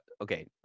okay